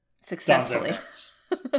Successfully